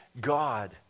God